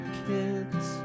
kids